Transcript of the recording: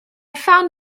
found